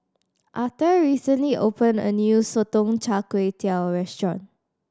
Arthur recently opened a new Sotong Char Kway restaurant